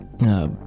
Uh-